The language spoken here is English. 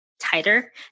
tighter